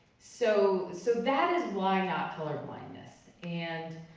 so so that is why not colorblindness. and